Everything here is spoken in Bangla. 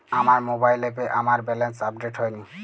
আমার মোবাইল অ্যাপে আমার ব্যালেন্স আপডেট হয়নি